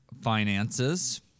finances